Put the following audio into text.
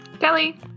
Kelly